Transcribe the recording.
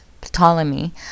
Ptolemy